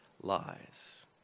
lies